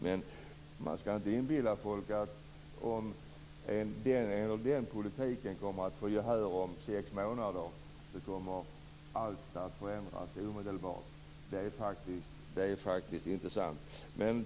Men man skall inte inbilla folk att om den ena eller den andra politiken kommer att få gehör om sex månader, så kommer allt att förändras omedelbart. Det är faktiskt inte sant.